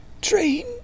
train